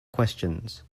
questions